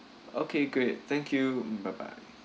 okay great thank you byebye